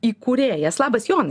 įkūrėjas labas jonai